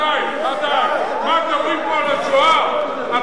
אתה לא נותן את הרשות.